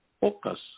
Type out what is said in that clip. Focus